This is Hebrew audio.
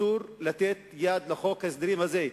אסור לתת יד לחוק ההסדרים הזה,